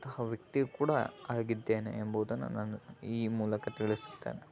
ವ್ಯಕ್ತಿಯು ಕೂಡ ಆಗಿದ್ದೇನೆ ಎಂಬುದನ್ನು ನಾನು ಈ ಮೂಲಕ ತಿಳಿಸುತ್ತೇನೆ